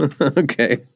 Okay